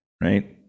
right